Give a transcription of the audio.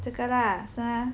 这个啦是吗